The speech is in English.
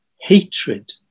hatred